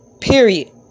Period